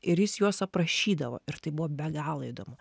ir jis juos aprašydavo ir tai buvo be galo įdomu